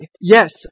Yes